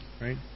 Right